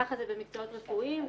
ככה זה במקצועות רפואיים,